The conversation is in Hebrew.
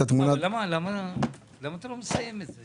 למה אתה לא מסיים את זה?